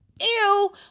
Ew